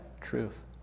truth